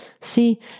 see